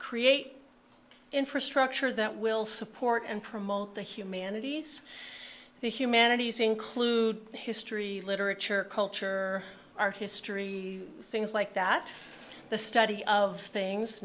create infrastructure that will support and promote the humanities the humanities include history literature culture art history things like that the study of